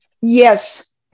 Yes